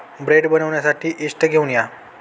bread बनवण्यासाठी yeast घेऊन या